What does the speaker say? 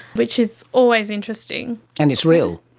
which is always interesting. and it's real.